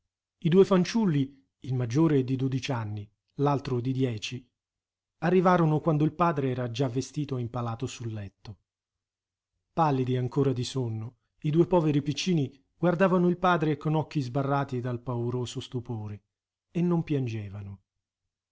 i due fanciulli il maggiore di dodici anni l'altro di dieci arrivarono quando il padre era già vestito e impalato sul letto pallidi ancora di sonno i due poveri piccini guardavano il padre con occhi sbarrati dal pauroso stupore e non piangevano